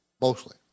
Mostly